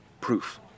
proof